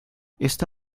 esta